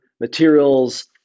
materials